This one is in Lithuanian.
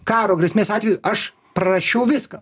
karo grėsmės atveju aš prarasčiau viską